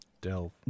Delve